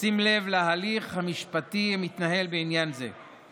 ובשים לב להליך המשפטי המתנהל בעניין זה.